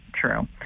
true